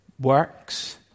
works